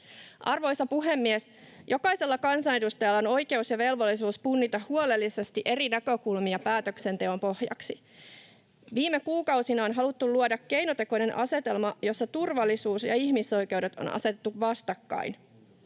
Arvoisa puhemies! Jokaisella kansanedustajalla on oikeus ja velvollisuus punnita huolellisesti eri näkökulmia päätöksenteon pohjaksi. Viime kuukausina on haluttu luoda keinotekoinen asetelma, jossa turvallisuus ja ihmisoikeudet on asetettu vastakkain.